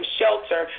shelter